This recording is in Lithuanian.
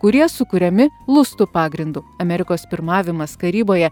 kurie sukuriami lustų pagrindu amerikos pirmavimas karyboje